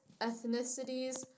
ethnicities